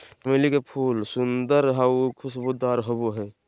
चमेली के फूल सुंदर आऊ खुशबूदार होबो हइ